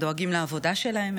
הם דואגים לעבודה שלהם,